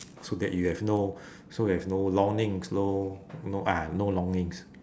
so that you have no so you have no longings no no ah no longings